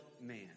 man